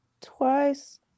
twice